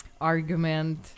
argument